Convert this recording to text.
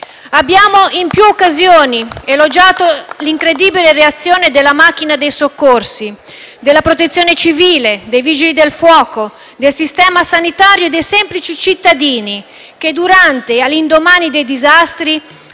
PSd’Az). In più occasioni abbiamo elogiato l’incredibile reazione della macchina dei soccorsi, della Protezione civile, dei Vigili del fuoco, del Sistema sanitario e dei semplici cittadini, che durante e all’indomani dei disastri